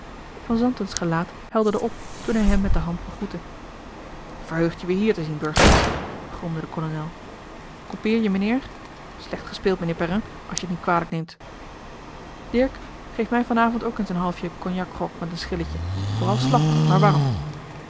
ooit van zantens gelaat helderde op toen hij hem met de hand begroette verheugd je weer hier te zien burgemeester gromde de kolonel coupeer je mijnheer slecht gespeeld mijnheer perrin als je t niet kwalijk neemt dirk geef mij van avond ook eens een halfje cognac grog met een schilletje vooral slap maar warm